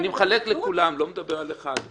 אני מחלק לכולם, לא מדבר על אחד.